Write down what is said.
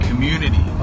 community